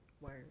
word